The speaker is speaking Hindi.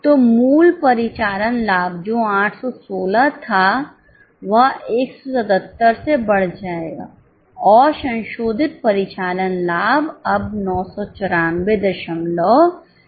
तो मूल परिचालन लाभ जो 816 था वह 177 से बढ़ जाएगा और संशोधित परिचालन लाभ अब 994303 है